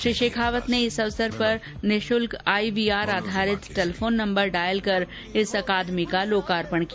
श्री शेखावत ने इस अवसर पर निःशुल्क आईवीआर आधारित टेलीफोन नम्बर डायल कर इस अकादमी का लोकार्पण किया